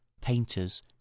painters